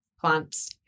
plants